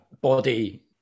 body